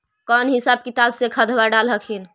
कौन हिसाब किताब से खदबा डाल हखिन?